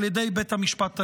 על ידי בית המשפט העליון.